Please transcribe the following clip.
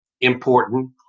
important